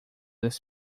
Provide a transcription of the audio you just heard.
das